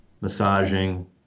massaging